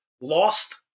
lost